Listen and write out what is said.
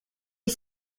est